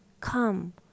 come